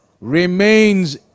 Remains